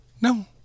No